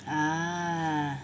ah